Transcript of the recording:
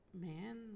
man